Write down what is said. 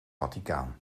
vaticaan